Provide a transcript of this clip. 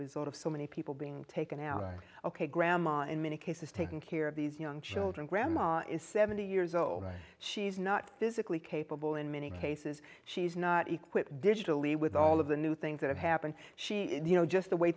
result of so many people being taken out ok grandma in many cases taking care of these young children grandma is seventy years old and she's not physically capable in many cases she's not equipped digitally with all of the new things that happened she just the way